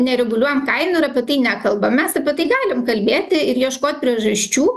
nereguliuojam kainų ir apie tai nekalbam mes apie tai galim kalbėti ir ieškot priežasčių